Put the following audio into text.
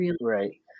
right